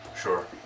Sure